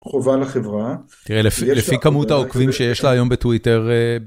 חובה לחברה. תראה, לפי כמות העוקבים שיש לה היום בטוויטר...